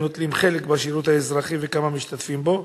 נוטלים חלק בשירות האזרחי וכמה משתתפים בו?